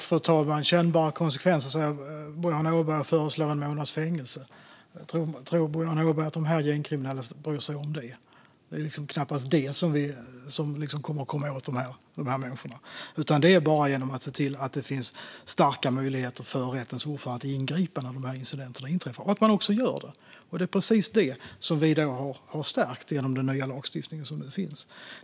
Fru talman! Kännbara konsekvenser, säger Boriana Åberg och föreslår en månads fängelse. Tror Boriana Åberg att de här gängkriminella bryr sig om det? Det är knappast så vi kommer åt de här människorna. Det gör vi bara genom att se till att det finns starka möjligheter för rättens ordförande att ingripa när de här incidenterna inträffar - och att man också gör det. Det är precis det som vi har stärkt genom den nya lagstiftning som nu finns.